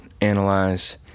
analyze